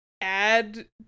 add